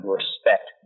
respect